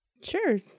Sure